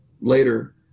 later